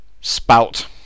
spout